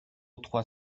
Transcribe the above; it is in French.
trois